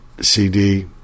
CD